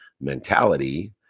mentality